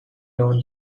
down